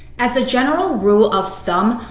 as a general rule of thumb,